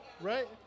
Right